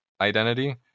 identity